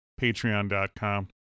Patreon.com